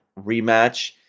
rematch